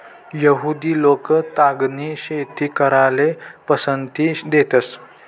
यहुदि लोक तागनी शेती कराले पसंती देतंस